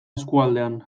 eskualdean